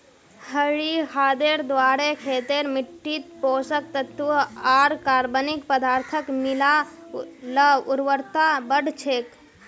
हरी खादेर द्वारे खेतेर मिट्टित पोषक तत्त्व आर कार्बनिक पदार्थक मिला ल उर्वरता बढ़ छेक